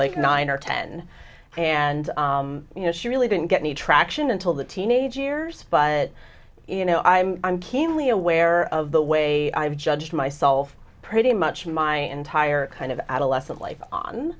like nine or ten and you know she really didn't get any traction until the teenage years but you know i'm keenly aware of the way i've judged myself pretty much my entire kind of adolescent life on